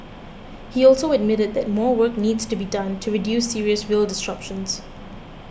he also admitted that more work needs to be done to reduce serious rail disruptions